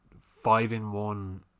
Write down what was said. Five-in-one